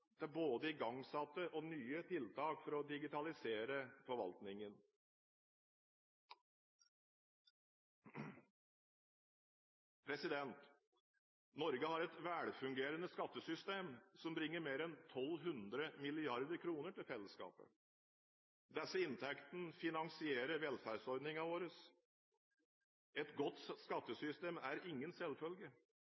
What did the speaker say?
både igangsatte og nye tiltak for å digitalisere forvaltningen. Norge har et velfungerende skattesystem som bringer mer enn 1 200 mrd. kr til fellesskapet. Disse inntektene finansierer velferdsordningene våre. Et godt